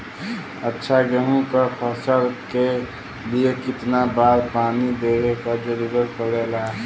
अच्छा गेहूँ क फसल के लिए कितना बार पानी देवे क जरूरत पड़ेला?